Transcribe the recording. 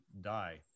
die